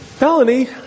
Melanie